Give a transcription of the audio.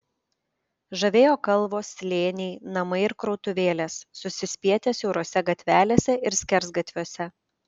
žavėjo kalvos slėniai namai ir krautuvėlės susispietę siaurose gatvelėse ir skersgatviuose